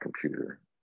Computer